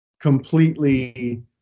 completely